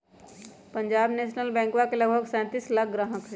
Punjab national बैंकवा के लगभग सैंतीस लाख ग्राहक हई